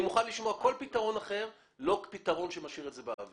אני מוכן לשמוע כל פתרון אחר אבל לא פתרון שמשאיר את זה באוויר.